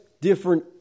different